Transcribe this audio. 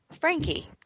Frankie